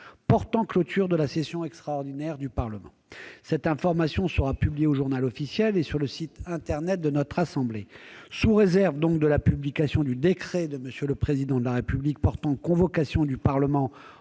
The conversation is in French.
portant clôture de la session extraordinaire du Parlement. Cette information sera publiée au et sur le site internet de notre assemblée. Sous réserve de la publication du décret de M. le Président de la République portant convocation du Parlement